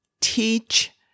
teach